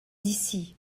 d’ici